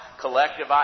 collective